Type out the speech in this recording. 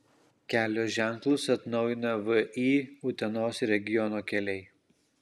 kelio ženklus atnaujina vį utenos regiono keliai